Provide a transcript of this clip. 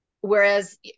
Whereas